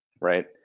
right